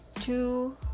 two